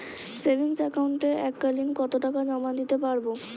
Savings একাউন্টে এক কালিন কতটাকা জমা দিতে পারব?